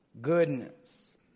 Goodness